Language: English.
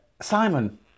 Simon